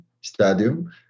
stadium